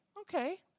okay